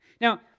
Now